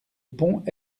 pont